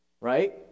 Right